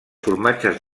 formatges